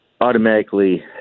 automatically